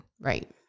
right